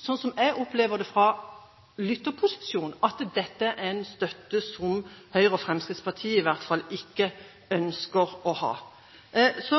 sånn som jeg opplevde det fra lytterposisjon, at dette er en støtte som Høyre og Fremskrittspartiet i hvert fall ikke ønsker å ha. At